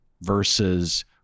versus